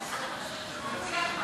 הוא יסכים.